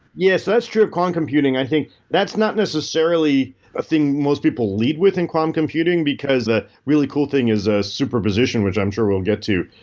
yes. that's true of quantum computing. i think that's not necessarily a thing most people lead with in quantum computing because the really cool thing is a superposition which i'm sure we'll get to.